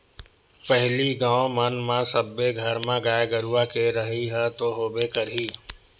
पहिली गाँव मन म सब्बे घर म गाय गरुवा के रहइ ह तो होबे करही